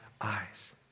eyes